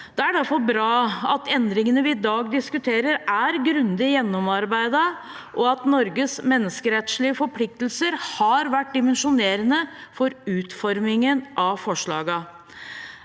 Det er derfor bra at endringene vi i dag diskuterer, er grundig gjennomarbeidet, og at Norges menneskerettslige forpliktelser har vært dimensjonerende for utformingen av forslagene.